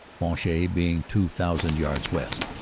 monchy being two thousand yards west.